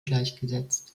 gleichgesetzt